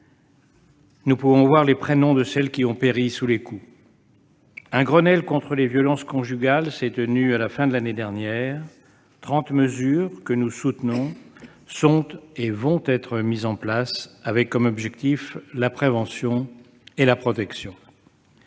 nous pouvons voir les prénoms de celles qui ont péri sous les coups. Un Grenelle contre les violences conjugales s'est tenu à la fin de l'année dernière ; trente mesures, que nous soutenons, sont ou seront mises en place, avec, comme objectifs, la prévention et la protection.